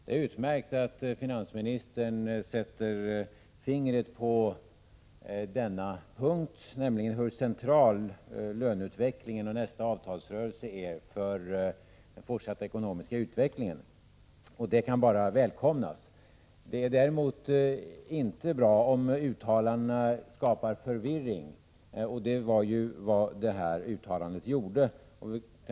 Det är utmärkt att finansministern sätter fingret på denna punkt, nämligen hur central nästa avtalsrörelse är för den fortsatta ekonomiska utvecklingen, och det kan bara välkomnas. Det är däremot inte bra om uttalandena skapar förvirring, och det var ju vad det uttalande gjorde som har föranlett min fråga.